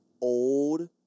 old